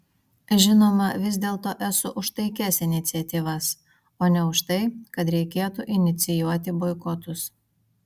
žinoma vis dėlto esu už taikias iniciatyvas o ne už tai kad reikėtų inicijuoti boikotus